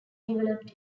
developed